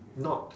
not